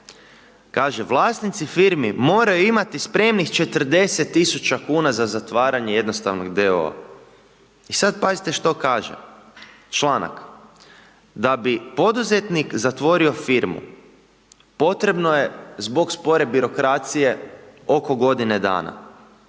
Kaže, vlasnici firmi, moraju imati spremnih 40 tisuća kuna za zatvaranje j.d.o.o. I sada pazite što kaže, članak, da bi poduzetnik zatvorio firmu, potrebno je, zbog spore birokracije, oko godine dana.